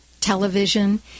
television